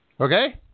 Okay